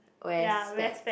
wear specs